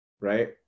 Right